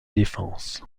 défense